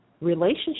relationship